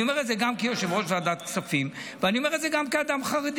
אני אומר את זה גם כיושב-ראש ועדת הכספים ואני אומר את זה גם כאדם חרדי.